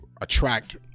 attract